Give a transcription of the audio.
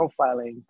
profiling